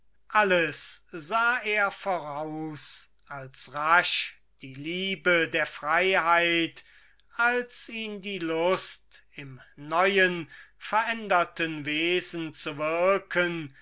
alles sah er voraus als rasch die liebe der freiheit als ihn die lust im neuen veränderten wesen zu wirken